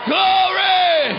Glory